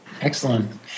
excellent